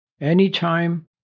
Anytime